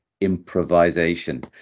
improvisation